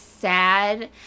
sad